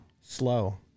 Slow